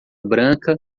branca